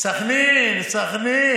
סח'נין, סח'נין.